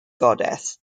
goddess